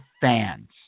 fans